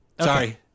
Sorry